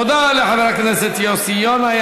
תודה לחבר הכנסת יוסי יונה.